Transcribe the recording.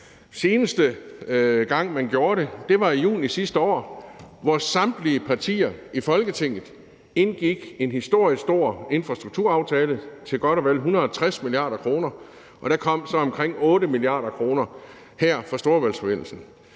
seneste gang, man gjorde det, var i juni sidste år, hvor samtlige partier i Folketinget indgik en historisk stor infrastrukturaftale til godt og vel 160 mia. kr., og der kom så omkring 8 mia. kr. fra Storebæltsforbindelsen.